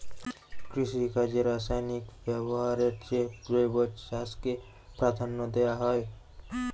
কৃষিকাজে রাসায়নিক ব্যবহারের চেয়ে জৈব চাষকে প্রাধান্য দেওয়া হয়